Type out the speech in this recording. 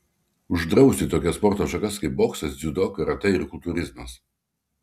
uždrausti tokias sporto šakas kaip boksas dziudo karatė ir kultūrizmas